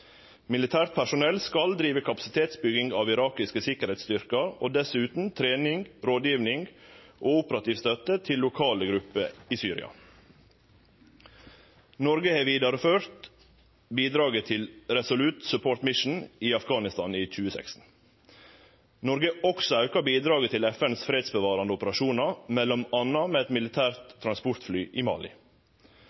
Militært personell skal drive kapasitetsbygging av irakiske sikkerheitsstyrkar og dessutan trening, rådgiving og operativ støtte til lokale grupper i Syria. Noreg har vidareført bidraget til Resolute Support Mission i Afghanistan i 2016. Noreg har også auka bidraga til FNs fredsbevarande operasjonar, m.a. med eit militært